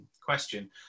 question